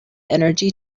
energy